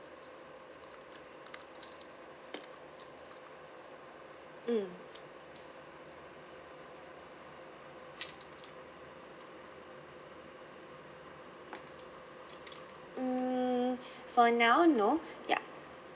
mm mm for now no ya